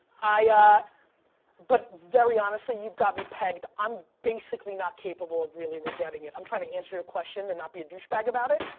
ah but very honestly, you've got me pegged. i'm basically not capable of really regretting it. i'm trying to answer your question and not be a douche bag about it,